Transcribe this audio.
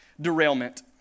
Derailment